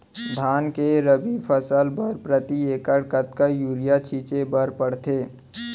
धान के रबि फसल बर प्रति एकड़ कतका यूरिया छिंचे बर पड़थे?